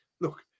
look